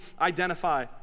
identify